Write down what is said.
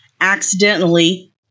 accidentally